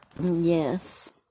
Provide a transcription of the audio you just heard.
Yes